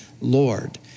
Lord